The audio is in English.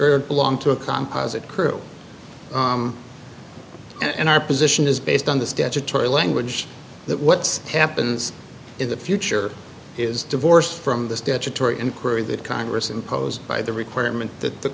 belong to a composite crew and our position is based on the statutory language that what's happens in the future is divorced from the statutory inquiry that congress imposed by the requirement that the